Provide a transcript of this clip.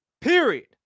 Period